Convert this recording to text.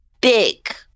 big